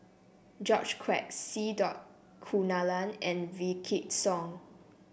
George Quek C dot Kunalan and Wykidd Song